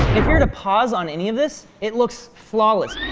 you've heard a pause on any of this. it looks flawless